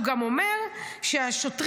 הוא גם אומר שהשוטרים,